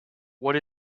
what